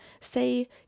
say